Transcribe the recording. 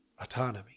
autonomy